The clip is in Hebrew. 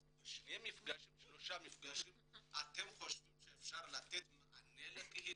אז בשני מפגשים אתם חושבים שאפשר לתת מענה לקהילה?